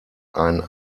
ein